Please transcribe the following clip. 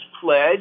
pledge